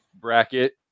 bracket